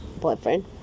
boyfriend